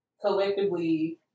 collectively